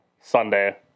Sunday